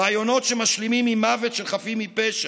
רעיונות שמשלימים עם מוות של חפים מפשע,